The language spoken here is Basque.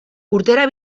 urtera